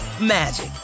magic